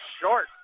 short